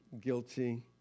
guilty